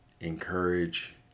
encourage